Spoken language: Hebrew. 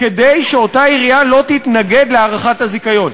כדי שאותה עירייה לא תתנגד להארכת הזיכיון.